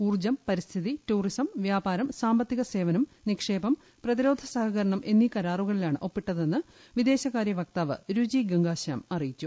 ഊർജ്ജം പരിസ്ഥിതി ടൂറിസം വ്യാപാരം സാമ്പത്തിക സേവനം നിക്ഷേപം പ്രതിരോധ സഹകരണം എന്നീ കരാറുകളിലാണ് ഒപ്പിട്ടതെന്ന് വിദേശകാര്യ വക്താവ് രുചി ഗംഗാ ശ്യാം അറിയിച്ചു